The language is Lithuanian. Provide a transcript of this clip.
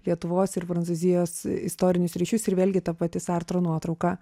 lietuvos ir prancūzijos istorinius ryšius ir vėlgi ta pati sartro nuotrauka